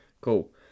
cool